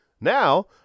Now